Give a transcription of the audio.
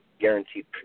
guaranteed